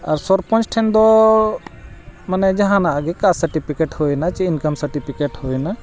ᱟᱨ ᱥᱚᱨᱯᱚᱧᱪ ᱴᱷᱮᱱ ᱫᱚ ᱢᱟᱱᱮ ᱡᱟᱦᱟᱱᱟᱜ ᱜᱮ ᱠᱟᱥᱴ ᱥᱟᱨᱴᱤᱯᱷᱤᱠᱮᱴ ᱦᱩᱭᱱᱟ ᱥᱮ ᱤᱱᱠᱟᱢ ᱥᱟᱨᱴᱤᱯᱷᱤᱠᱮᱴ ᱦᱩᱭᱱᱟ